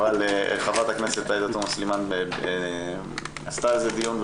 חברת הכנסת עאידה תומא סלימאן קיימה על זה דיון,